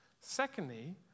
Secondly